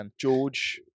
George